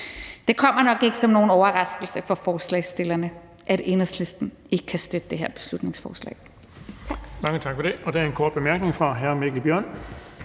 Det kommer nok ikke som nogen overraskelse for forslagsstillerne, at Enhedslisten ikke kan støtte det her beslutningsforslag.